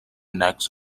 next